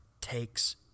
takes